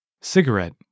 Cigarette